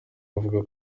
bavuga